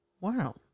Wow